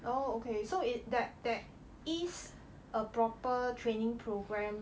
oh okay so it that there is a proper training programmme